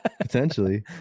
potentially